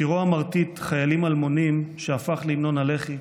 שירו המרטיט "חיילים אלמונים", שהפך להמנון הלח"י,